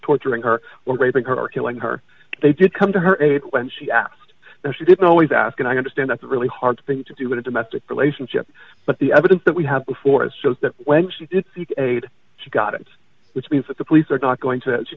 torturing her or raping her or killing her they did come to her aid when she asked and she didn't always ask and i understand that's a really hard thing to do with a domestic relationship but the evidence that we have before us shows that when she did she got it which means that the police are not going to that she